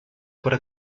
para